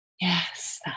Yes